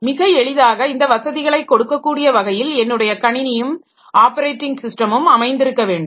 மிக எளிதாக இந்த வசதிகளை கொடுக்கக்கூடிய வகையில் என்னுடைய கணினியும் ஆப்பரேட்டிங் ஸிஸ்டமும் அமைந்திருக்க வேண்டும்